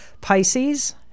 pisces